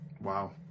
wow